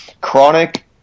Chronic